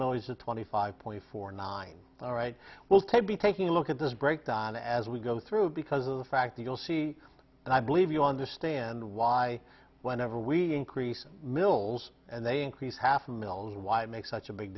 noise to twenty five point four nine all right well to be taking a look at this breakdown as we go through because of the fact the you'll see and i believe you understand why whenever we increase mills and they increase half a million why make such a big